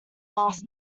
last